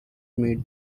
made